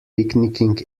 picnicking